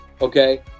Okay